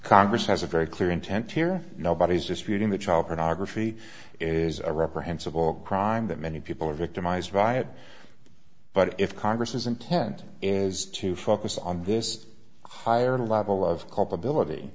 congress has a very clear intent here nobody's disputing the child pornography is a reprehensible crime that many people are victimized by it but if congress is intent is to focus on this higher level of culpability